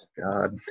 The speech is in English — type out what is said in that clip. God